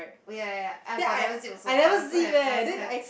oh ya ya ya I got never zip also I also have I also have